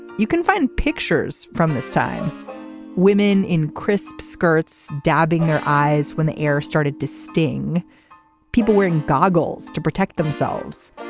you can find pictures from this time women in crisp skirts dabbing their eyes when the air started to sting people wearing goggles to protect themselves.